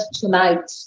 tonight